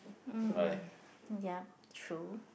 mm yup true